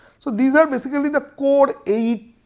so these are basically the core eight